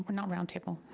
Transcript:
but not roundtable,